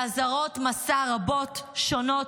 ואזהרות מסע רבות, שונות,